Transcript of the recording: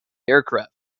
aircraft